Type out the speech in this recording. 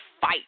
fight